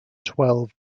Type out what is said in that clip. twelve